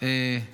כשאתה תגיש.